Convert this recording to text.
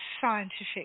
scientific